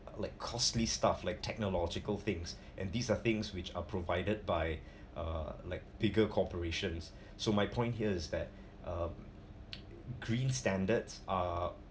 like costly stuff like technological things and these are things which are provided by uh like bigger corporations so my point here is that uh green standards are